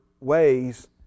ways